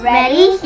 Ready